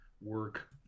work